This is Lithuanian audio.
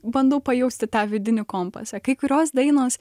bandau pajausti tą vidinį kompasą kai kurios dainos